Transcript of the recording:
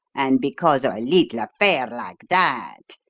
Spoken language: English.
and because of a little affair like that.